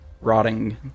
rotting